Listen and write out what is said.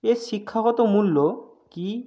এর শিক্ষাগত মূল্য কী